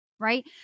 right